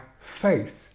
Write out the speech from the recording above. faith